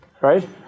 right